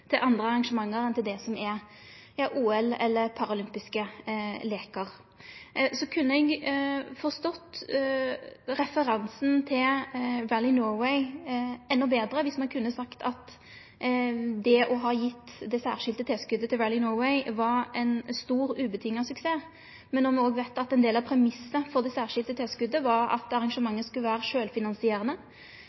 til andre arrangement enn OL og paralympiske leikar. Så kunne eg forstått referansen til Rally Norway endå betre viss ein kunne sagt at det å ha gitt det særskilte tilskotet til Rally Norway var ein stor og heilt klår suksess. Men når ein veit at ein del av premissane for det særskilte tilskotet var at arrangementet skulle vere sjølvfinansierande,